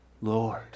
Lord